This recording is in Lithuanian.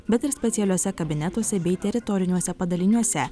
bet ir specialiuose kabinetuose bei teritoriniuose padaliniuose